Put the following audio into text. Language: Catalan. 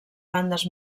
bandes